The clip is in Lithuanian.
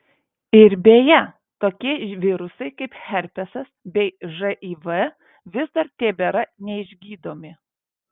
ir beje tokie virusai kaip herpesas bei živ vis dar tebėra neišgydomi